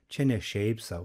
čia ne šiaip sau